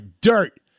dirt